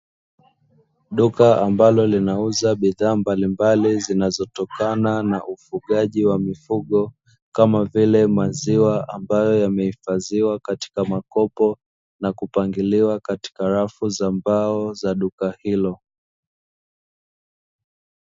Duka ambalo linauza bidhaa mbalimbali zinazotokana na ufugaji wa mifugo, kama vile maziwa, ambayo yamehifadhiwa katika makopo na kupangiliwa katika rafu za mbao za duka hilo.